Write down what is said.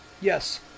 Yes